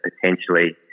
potentially